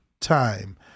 time